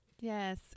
yes